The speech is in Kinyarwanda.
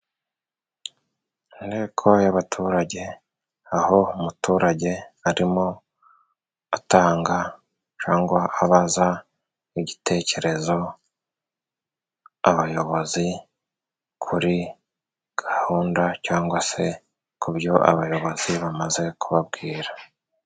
Inteko y'abaturage aho umuturage arimo atanga cangwa abaza igitekerezo abayobozi, kuri gahunda cangwa se ku byo abayobozi bamaze kubabwira .